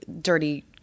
dirty